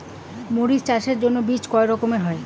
মরিচ চাষের জন্য বীজ কয় রকমের হয়?